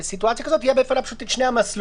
בסיטואציה כזאת בפני בית המשפט יהיו בעצם שני המסלולים